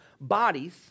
bodies